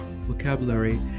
vocabulary